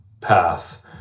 path